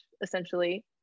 essentially